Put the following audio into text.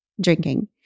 drinking